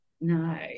No